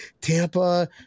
Tampa